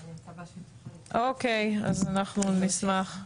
אוקיי, אז אנחנו נשמח.